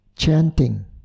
Chanting